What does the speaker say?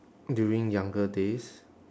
during younger days